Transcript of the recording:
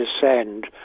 descend